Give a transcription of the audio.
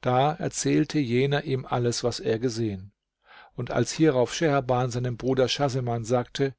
da erzählte jener ihm alles was er gesehen und als hierauf scheherban seinem bruder schahseman sagte